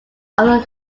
other